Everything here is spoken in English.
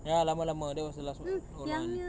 ya lama lama that was the last [one] the old [one]